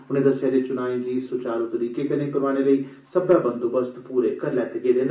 उनें दस्सेआ जे चुनाएं गी सुचारू तरीके कन्नै करोआने लेई सब्बै बंदोबस्त पूरे करी लैते गे न